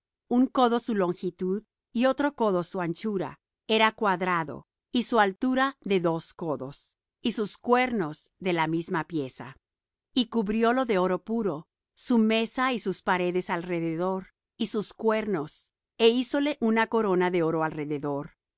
un codo su longitud y otro codo su anchura era cuadrado y su altura de dos codos y sus cuernos de la misma pieza y cubriólo de oro puro su mesa y sus paredes alrededor y sus cuernos é hízole una corona de oro alrededor